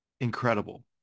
incredible